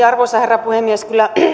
arvoisa herra puhemies kyllä